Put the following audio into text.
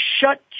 shut